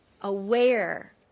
aware